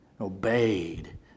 obeyed